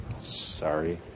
sorry